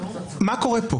מה קורה פה?